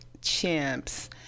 chimps